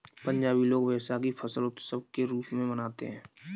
पंजाबी लोग वैशाखी फसल उत्सव के रूप में मनाते हैं